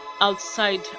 outside